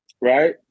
right